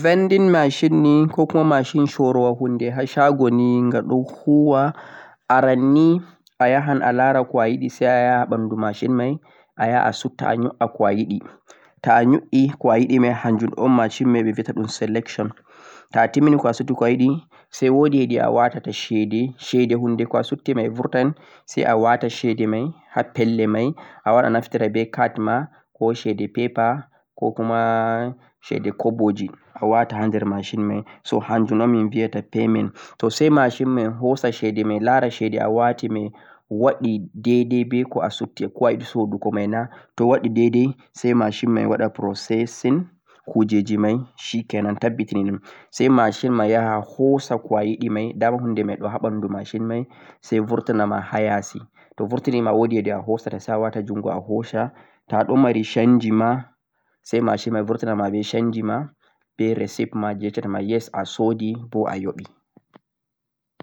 vending machine nei ko kuma mashi shooro haa shago nei gha don huuwa aran nei a yaahan a lara sai a yaha bandu mashin mei a yaaha a sutta ko a yiditoh a yuddi a yidi hanjon o'n mashin mei o betado selection ta a timmini a sutta a yidi sai woode de a waatata cede cede hunde ko sutti mei burtan sai a wata cede mei haa pellere mei a waadan naftire be card ma be cede paper ko kuma cede kobojee a waata handeer masin me so hanjin non mi vieyata payment toh sai mashi mei hoosa cede mei lara cede a waati mei waadi dai-dai be sutti ko a sudduko meina toh dai-dai sai mashin mei wada processing kujeji mei shikenan tabbiti mei sai mashin ma yaaha hoosa ko a yidi mei dama hundu mei haa banduu mashin mei burta namaa haa yaasi toh burti nimaa sai a woodia haa jungho a hoosa mei toh don mari canji ma sai mashin mei burtini ma be canji ma be receipt ma jee tati yess a soodi mo a yoobi